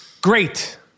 Great